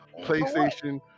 PlayStation